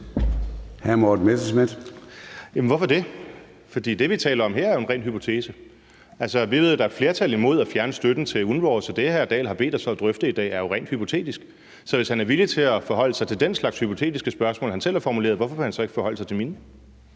Morten Messerschmidt (DF): Jamen hvorfor det? For det, vi taler om her, er jo en ren hypotese. Vi ved, at der er flertal imod at fjerne støtten til UNRWA, og det, hr. Henrik Dahl har bedt os om at drøfte i dag, er jo rent hypotetisk. Så hvis han er villig til at forholde sig til den slags hypotetiske spørgsmål, han selv har formuleret, hvorfor vil han så ikke forholde sig til mine?